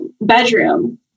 bedroom